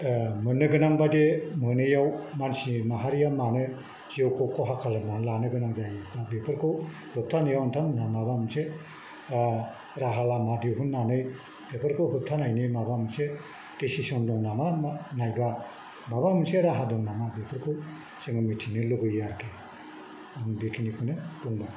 मोननोगोनांबायदि मोनैयाव मानसि माहारिया मानो जिउखौ खहा खालामनानै लानो गोनां जायो दा बेफोरखौ होब्थानायाव नोंथांमोनहा माबा मोनसे राहा लामा दिहुननानै बेफोरखौ होब्थानायनि माबा मोनसे दिसिसन दं नामा नायबा माबा मोनसे राहा दं नामा बेफोरखौ जोङो मिथिनो लुगैयो आरोखि आं बेखिनिखौनो बुंबाय